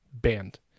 banned